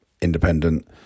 Independent